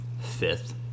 fifth